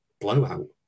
blowout